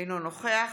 אינו נוכח